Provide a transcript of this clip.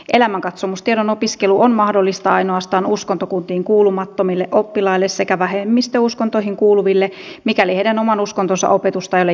elämänkatsomustiedon opiskelu on mahdollista ainoastaan uskontokuntiin kuulumattomille oppilaille sekä vähemmistöuskontoihin kuuluville mikäli heidän oman uskontonsa opetusta ei ole järjestetty